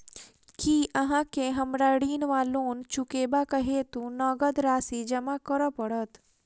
की अहाँ केँ हमरा ऋण वा लोन चुकेबाक हेतु नगद राशि जमा करऽ पड़त?